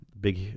Big